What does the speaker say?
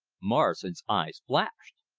morrison's eyes flashed.